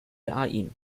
ain